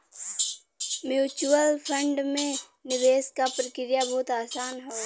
mutual fund में निवेश क प्रक्रिया बहुत आसान हौ